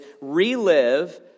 relive